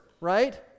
right